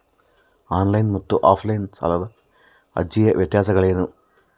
On line ಮತ್ತು offline ಸಾಲದ ಅರ್ಜಿಯ ವ್ಯತ್ಯಾಸಗಳೇನು?